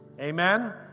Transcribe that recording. amen